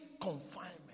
confinement